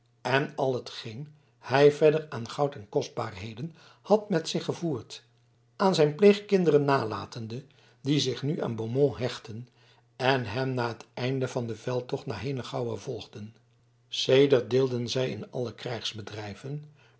en al hetgeen hij verder aan goud en kostbaarheden had met zich gevoerd aan zijn pleegkinderen nalatende die zich nu aan beaumont hechtten en hem na het einde van den veldtocht naar henegouwen volgden sedert deelden zij in al